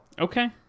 Okay